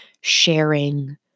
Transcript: sharing